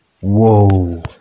whoa